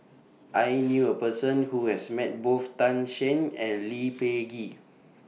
I knew A Person Who has Met Both Tan Shen and Lee Peh Gee